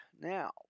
Now